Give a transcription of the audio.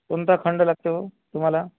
कोणता खंड लागतो आहे हो तुम्हाला